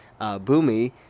Boomy